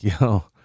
yo